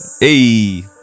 hey